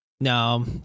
No